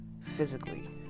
physically